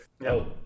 No